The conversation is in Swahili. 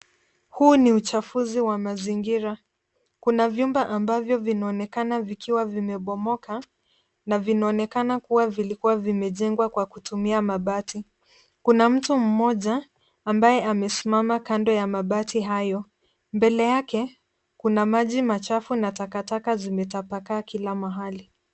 Huu ni uchafuzi wa mazingira. Kuna vyumba ambavyo vinaonekana vikiwa vimebomoka na vinaonekana kuwa vilikuwa vimejengwa kwa kutumia mabati. Kuna mtu mmoja ambaye amesimama kando ya mabati hayo. Mbele yake kuna maji machafu na takataka zimetapakaa kila mahali.